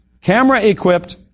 camera-equipped